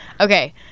Okay